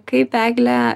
kaip egle